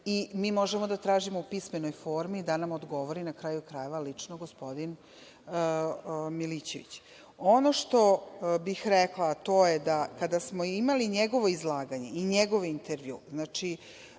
Mi možemo da tražimo u pismenoj formi da nam odgovori, na kraju krajeva, lično gospodin Milićević. Ono što bih rekla, to je da kada smo imali njegovo izlaganje i njegov intervju, bio